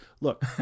look